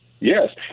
Yes